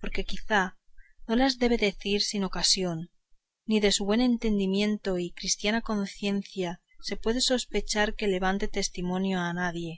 porque quizá no las debe de decir sin ocasión ni de su buen entendimiento y cristiana conciencia se puede sospechar que levante testimonio a nadie